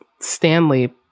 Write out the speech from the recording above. stanley